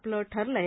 आपलं ठरलंय